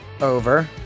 over